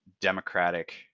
democratic